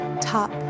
top